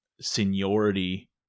seniority